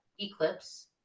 eclipse